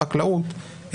חקלאות,